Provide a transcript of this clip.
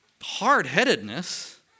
hard-headedness